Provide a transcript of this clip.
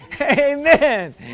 Amen